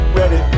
ready